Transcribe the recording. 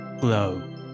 glow